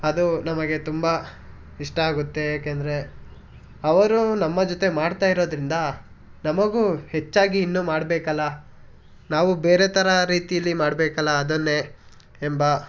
ಅದು ನಮಗೆ ತುಂಬ ಇಷ್ಟ ಆಗುತ್ತೆ ಏಕೆಂದರೆ ಅವರು ನಮ್ಮ ಜೊತೆ ಮಾಡ್ತಾಯಿರೋದ್ರಿಂದ ನಮಗೂ ಹೆಚ್ಚಾಗಿ ಇನ್ನು ಮಾಡ್ಬೇಕಲ್ಲ ನಾವು ಬೇರೆ ಥರ ರೀತಿಲಿ ಮಾಡ್ಬೇಕಲ್ಲ ಅದನ್ನೇ ಎಂಬ